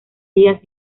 díaz